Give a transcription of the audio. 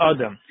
Adam